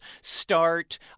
start